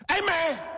Amen